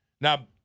Now